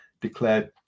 declared